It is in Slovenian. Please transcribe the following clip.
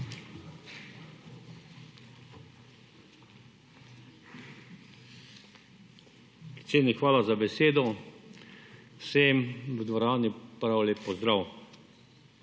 hvala za besedo. Vsem v dvorani prav lep pozdrav!